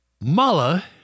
Mala